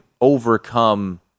overcome –